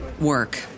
work